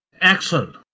excellent